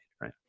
right